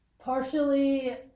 partially